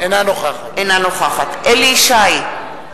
אינה נוכחת אליהו ישי,